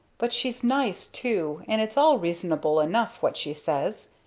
but she's nice too, and it's all reasonable enough, what she says.